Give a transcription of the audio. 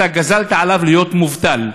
אתה גזרת עליו להיות מובטל.